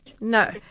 No